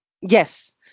Yes